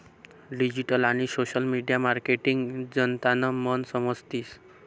digital आणि social media marketing जनतानं मन समजतीस